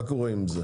מה קורה עם זה?